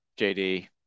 JD